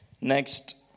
Next